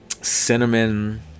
cinnamon